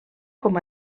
com